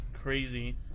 crazy